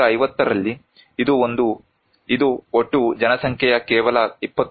1950 ರಲ್ಲಿ ಇದು ಒಟ್ಟು ಜನಸಂಖ್ಯೆಯ ಕೇವಲ 29